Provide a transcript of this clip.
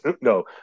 no